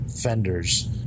fenders